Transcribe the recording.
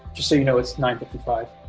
just so you know, it's nine fifty five.